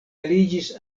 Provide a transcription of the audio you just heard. aliĝis